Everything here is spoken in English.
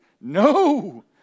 no